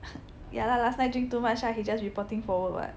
yah lah last night drink too much lah he just reporting for work [what]